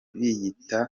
biyita